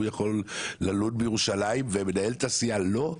הוא יכול ללון בירושלים ומנהלת הסיעה לא?